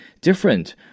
different